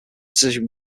decision